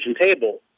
table